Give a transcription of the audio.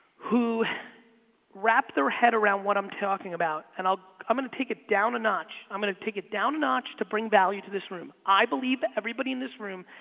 who wrap their head around what i'm talking about and i'm gonna take it down a notch, i'm gonna take it down a notch to bring value to this room, i believe everybody in this room,